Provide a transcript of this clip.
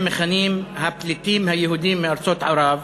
מכנים "הפליטים היהודים מארצות ערב"